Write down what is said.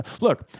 look